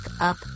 up